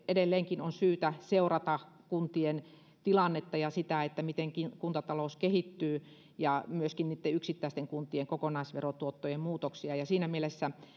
edelleenkin on syytä seurata kuntien tilannetta ja sitä miten kuntatalous kehittyy ja myöskin niitten yksittäisten kuntien kokonaisverotuottojen muutoksia ja siinä mielessä